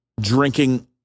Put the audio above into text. drinking